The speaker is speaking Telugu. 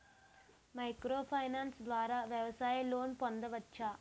మైక్రో ఫైనాన్స్ ద్వారా వ్యవసాయ లోన్ పొందవచ్చా?